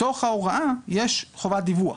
בתוך ההוראה יש חובת דיווח.